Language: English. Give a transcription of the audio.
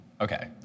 Okay